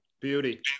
Beauty